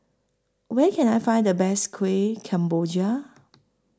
Where Can I Find The Best Kueh Kemboja